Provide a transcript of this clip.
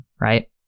right